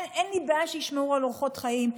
אין לי בעיה שישמרו על אורחות חיים,